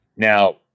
Now